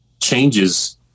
changes